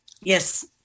yes